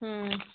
اۭں